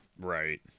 Right